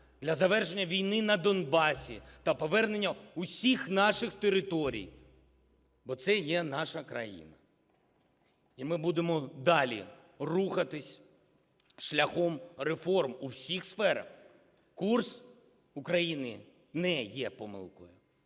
для завершення війни на Донбасі та повернення усіх наших територій, бо це є наша країна. І ми будемо далі рухатися шляхом реформ у всіх сферах. Курс України не є помилковим,